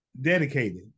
dedicated